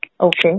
Okay